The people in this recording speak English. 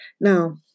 Now